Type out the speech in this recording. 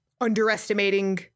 underestimating